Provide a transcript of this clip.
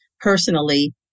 personally